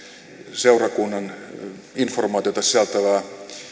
seurakunnan informaatiota sisältävää